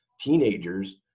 teenagers